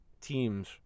teams